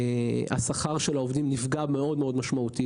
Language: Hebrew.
השכר של העובדים נפגע מאוד משמעותית